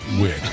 wit